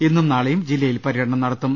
ഇന്നും നാളെയും ജില്ല യിൽ പര്യടനം നടത്തും